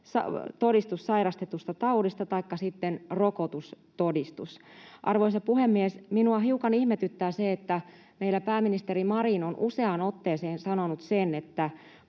sairastetusta taudista taikka rokotustodistus. Arvoisa puhemies! Minua hiukan ihmetyttää se, että meillä pääministeri Marin on useaan otteeseen sanonut sen, että